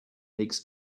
makes